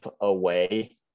away